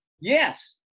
Yes